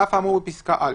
על אף האמור בפסקה (א),